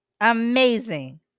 Amazing